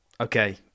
okay